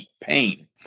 pain